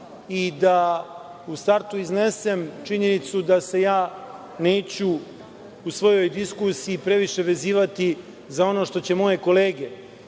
i da u startu iznesem činjenicu da se neću, u svojoj diskusiji, previše vezivati za ono što će moje kolege